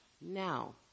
now